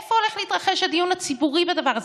איפה הולך להתרחש הדיון הציבורי בדבר הזה?